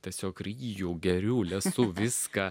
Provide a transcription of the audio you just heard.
tiesiog ryju geriu lesu viską